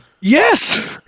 Yes